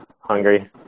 hungry